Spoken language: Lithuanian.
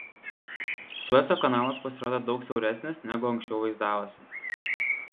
sueco kanalas pasirodė daug siauresnis negu anksčiau vaizdavosi